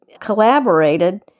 collaborated